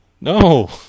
No